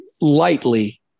lightly